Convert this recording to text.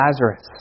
Lazarus